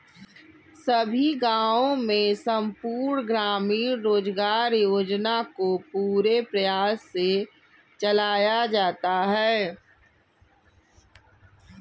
सभी गांवों में संपूर्ण ग्रामीण रोजगार योजना को पूरे प्रयास से चलाया जाता है